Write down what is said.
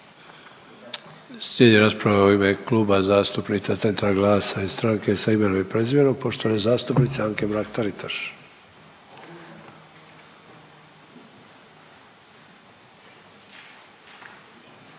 Slijedi rasprava u ime Kluba zastupnica Centra, GLAS-a i Stranke s imenom i prezimenom, poštovane zastupnice Anke Mrak Taritaš.